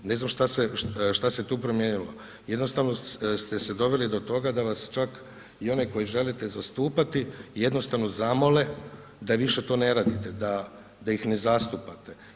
Ne znam šta se tu promijenilo, jednostavno ste se doveli do toga da vas čak i onaj koji želite zastupati, jednostavno zamole da više to ne radite, da ih ne zastupate.